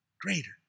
greater